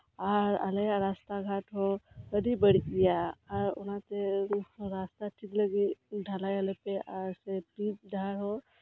ᱟᱨ ᱟᱞᱮᱭᱟᱜ ᱨᱟᱥᱴᱟ ᱜᱷᱟᱴᱦᱚᱸ ᱟᱹᱰᱤᱜᱮ ᱵᱟᱹᱲᱤᱡ ᱜᱮᱭᱟ ᱟᱨ ᱚᱱᱟᱛᱮ ᱨᱟᱥᱛᱟ ᱡᱩᱛ ᱞᱟᱹᱜᱤᱫ ᱰᱷᱟᱞᱟᱭ ᱟᱞᱮᱯᱮ ᱟᱨ ᱯᱤᱪ ᱰᱟᱦᱟᱨ ᱦᱚᱸ